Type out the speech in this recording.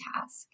task